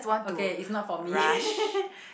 okay it's not for me